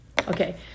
Okay